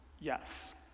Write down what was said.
yes